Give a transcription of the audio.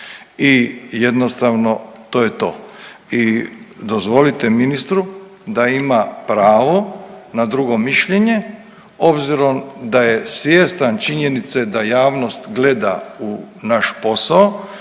i jednostavno to je to. I dozvolite ministru da ima pravo na drugo mišljenje obzirom da je svjestan činjenice da javnost gleda u naš posao